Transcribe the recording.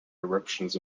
eruptions